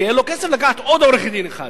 כי אין לו כסף לקחת עוד עורך-דין אחד.